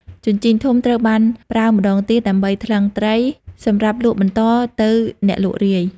ជញ្ជីងធំ ត្រូវបានប្រើម្តងទៀតដើម្បីថ្លឹងត្រី សម្រាប់លក់បន្តទៅអ្នកលក់រាយ។